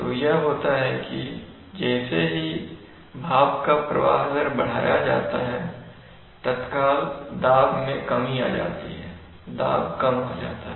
तो यह होता है कि जैसे ही भाप का प्रवाह दर बढ़ाया जाता है तत्काल दाब में कमी आ जाती है दाब कम हो जाता है